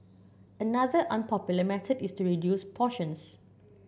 another unpopular method is to reduce portions